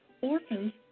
Orphans